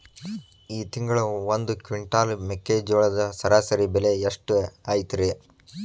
ಈ ತಿಂಗಳ ಒಂದು ಕ್ವಿಂಟಾಲ್ ಮೆಕ್ಕೆಜೋಳದ ಸರಾಸರಿ ಬೆಲೆ ಎಷ್ಟು ಐತರೇ?